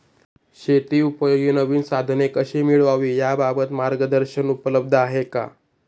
शेतीउपयोगी नवीन साधने कशी मिळवावी याबाबत मार्गदर्शन उपलब्ध आहे का?